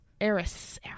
eris